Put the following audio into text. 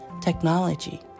technology